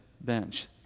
bench